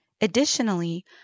Additionally